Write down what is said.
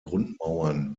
grundmauern